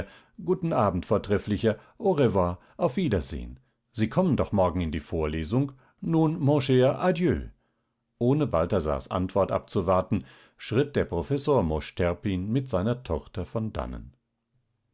guten abend vortrefflicher a revoir auf wiedersehen sie kommen doch morgen in die vorlesung nun mon cher adieu ohne balthasars antwort abzuwarten schritt der professor mosch terpin mit seiner tochter von dannen